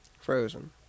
Frozen